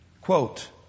Quote